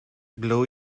blow